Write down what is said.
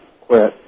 quit